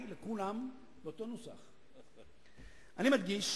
אני מקווה,